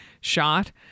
shot